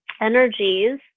energies